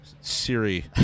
Siri